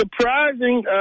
surprising